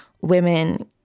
women